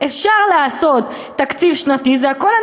אפשר לעשות תקציב שנתי" הכול,